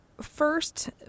first